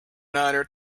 niner